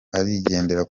arigendera